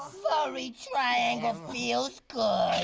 furry triangle feels good.